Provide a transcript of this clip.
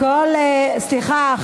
סליחה.